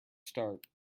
start